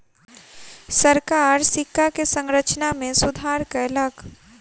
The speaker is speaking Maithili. सरकार सिक्का के संरचना में सुधार कयलक